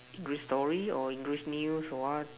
English story or English news or what